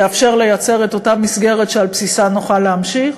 יאפשר לייצר את אותה מסגרת שעל בסיסה נוכל להמשיך,